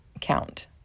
count